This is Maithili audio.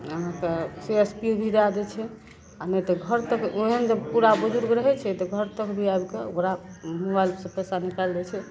आहाँके सी एस पी भी दए दै छै आओर नहि तऽ घर तक ओहन जब पूरा बुजुर्ग रहय छै तऽ घर तक भी आबिकऽ ओकरा मोबाइलमे सँ पैसा निकालि दै छै